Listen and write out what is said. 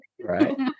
right